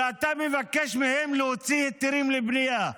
ואתה מבקש מהם להוציא היתרים לבנייה,